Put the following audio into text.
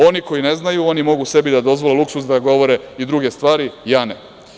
Oni koji ne znaju, oni mogu sebi da dozvole luksuz da govore i druge stvari, ja ne.